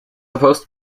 opposed